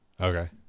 Okay